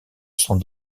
sont